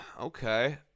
okay